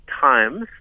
times